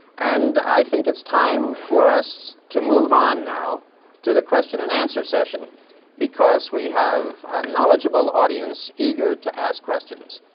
and i think it's time for us to move on now to the question-and-answer session because we have a knowledgeable audience eager to ask questions.